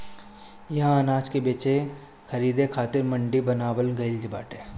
इहा अनाज के बेचे खरीदे खातिर मंडी बनावल गइल बाटे